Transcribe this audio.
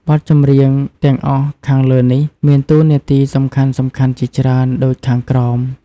បទចម្រៀងទាំងអស់ខាងលើនេះមានតួនាទីសំខាន់ៗជាច្រើនដូចខាងក្រោម។